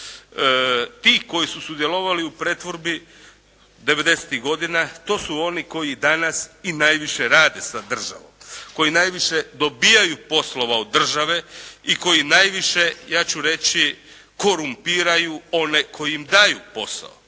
Ti koji su sudjelovali u pretvorbi devedesetih godina to su oni koji danas i najviše rade sa državom, koji najviše dobivaju poslova od države i koji najviše ja ću reći korumpiraju one koji im daju posao,